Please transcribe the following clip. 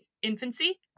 infancy